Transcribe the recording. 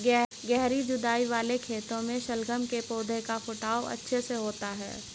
गहरी जुताई वाले खेतों में शलगम के पौधे का फुटाव अच्छे से होता है